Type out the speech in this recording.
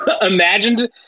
imagined